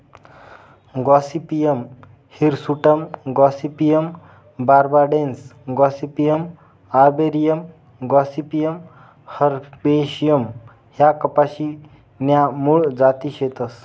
Gossypium hirsutum Gossypium barbadense Gossypium arboreum Gossypium herbaceum ह्या कपाशी न्या मूळ जाती शेतस